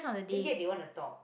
then yet they wanna talk